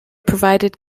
provided